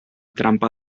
trampa